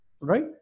Right